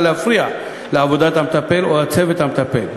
להפריע לעבודת המטפל או הצוות המטפל,